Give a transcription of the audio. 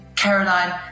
Caroline